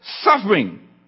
suffering